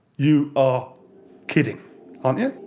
you are kidding aren't ya.